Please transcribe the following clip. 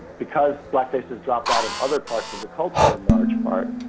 because blackface has dropped out of other parts of the culture in large part,